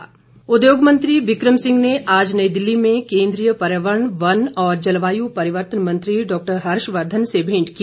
become Singh उद्योग मंत्री बिक्रम सिंह ने आज नई दिल्ली में केन्द्रीय पर्यावरण वन और जलवाय परिवर्तन मंत्री डॉक्टर हर्षवर्धन से भेंट की